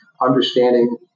understanding